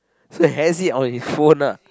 so he has it on his phone lah